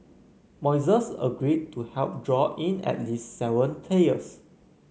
Moises agreed to help draw in at least seven players